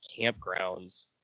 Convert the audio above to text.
campgrounds